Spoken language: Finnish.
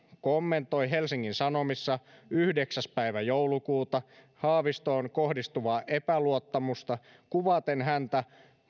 kommentoi helsingin sanomissa yhdeksäs päivä joulukuuta haavistoon kohdistuvaa epäluottamusta kuvaten häntä